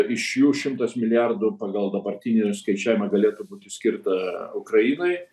iš jų šimtas milijardų pagal dabartinį skaičiavimą galėtų būti skirta ukrainai